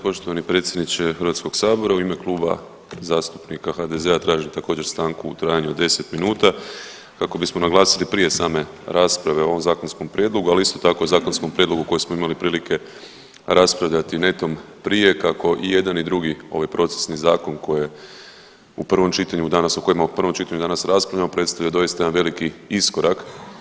Poštovani predsjedniče Hrvatskog sabora u ime Kluba zastupnika HDZ-a tražim također stanku u trajanju od 10 minuta kako bismo naglasili prije same rasprave o ovom zakonskom prijedlogu, ali isto tako o zakonskom prijedlogu koji smo imali prilike raspravljati netom prije kako i jedan i drugi ovaj procesni zakon koji je u prvom čitanju danas, o kojima u prvom čitanju danas raspravljamo predstavio dosita jedan veliki iskorak.